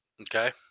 Okay